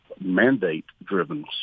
mandate-driven